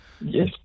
Yes